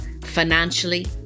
financially